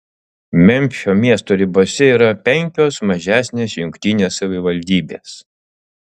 memfio miesto ribose yra penkios mažesnės jungtinės savivaldybės